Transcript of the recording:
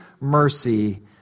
mercy